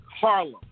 Harlem